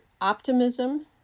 optimism